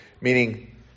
meaning